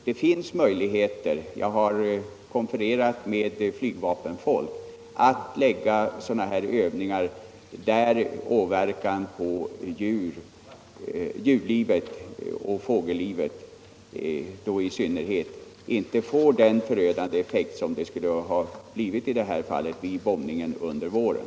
Det är möjligt — jag har konfererat med flygvapenfolk — att lägga sådana här övningar så att verkningarna på djurlivet och i synnerhet på fågellivet inte blir så förödande som de skulle ha blivit i detta fall vid en bombning under våren.